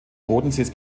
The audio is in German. bodensees